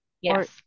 Yes